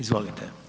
Izvolite.